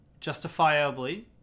Justifiably